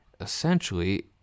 Essentially